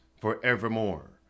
forevermore